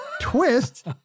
Twist